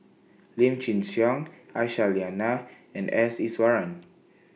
Lim Chin Siong Aisyah Lyana and S Iswaran